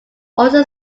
also